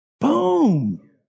Boom